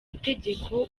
itegeko